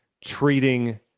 treating